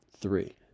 three